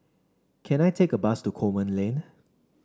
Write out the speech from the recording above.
can I take a bus to Coleman Lane